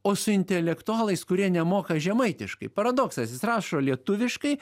o su intelektualais kurie nemoka žemaitiškai paradoksas jis rašo lietuviškai